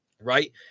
right